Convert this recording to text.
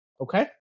Okay